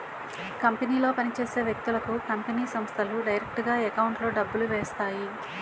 కంపెనీలో పని చేసే వ్యక్తులకు కంపెనీ సంస్థలు డైరెక్టుగా ఎకౌంట్లో డబ్బులు వేస్తాయి